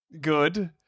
Good